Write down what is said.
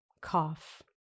Cough